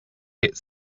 hit